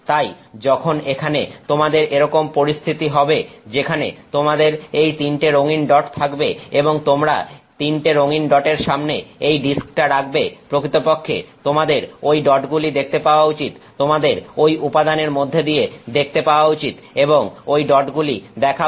তাই যখন এখানে তোমাদের এরকম পরিস্থিতি হবে যেখানে তোমাদের এই 3 টে রঙিন ডট থাকবে এবং তোমরা 3 টে রঙিন ডটের সামনে এই ডিস্কটা রাখবে প্রকৃতপক্ষে তোমাদের ঐ ডটগুলি দেখতে পাওয়া উচিত তোমাদের ঐ উপাদানের মধ্যে দিয়ে দেখতে পাওয়া উচিত এবং ঐ ডটগুলি দেখা উচিত